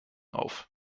auf